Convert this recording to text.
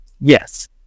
Yes